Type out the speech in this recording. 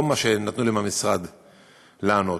ולא מה שנתנו לי במשרד לענות.